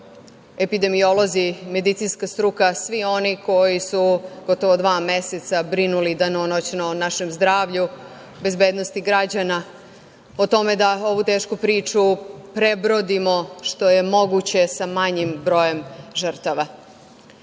epidemiolozi, medicinska struka i svi oni koji su gotovo dva meseca brinuli danonoćno o našem zdravlju, bezbednosti građana, o tome da ovu tešku priču prebrodimo što je moguće sa manjim brojem žrtava.I